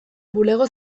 bulego